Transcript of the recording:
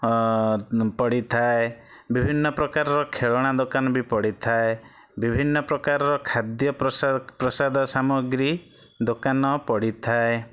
ଅ ପଡ଼ିଥାଏ ବିଭିନ୍ନ ପ୍ରକାରର ଖେଳନା ଦୋକାନ ବି ପଡ଼ିଥାଏ ବିଭିନ୍ନ ପ୍ରକାରର ଖାଦ୍ୟ ପ୍ରସା ପ୍ରସାଦ ସାମଗ୍ରୀ ଦୋକାନ ପଡ଼ିଥାଏ